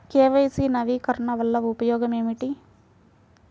KYC నవీకరణ వలన ఉపయోగం ఏమిటీ?